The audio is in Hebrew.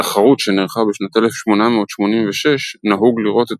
בתחרות שנערכה בשנת 1886 נהוג לראות את